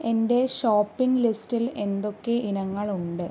എന്റെ ഷോപ്പിംഗ് ലിസ്റ്റിൽ എന്തൊക്കെ ഇനങ്ങൾ ഉണ്ട്